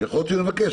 יכול להיות שנבקש.